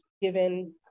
given